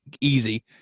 easy